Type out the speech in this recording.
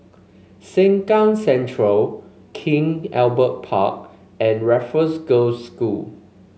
Sengkang Central King Albert Park and Raffles Girls' School